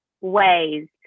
ways